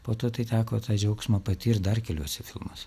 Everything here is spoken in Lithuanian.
po to tai teko tą džiaugsmą patirt dar keliuose filmuose